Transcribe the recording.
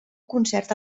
concert